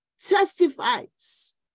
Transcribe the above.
testifies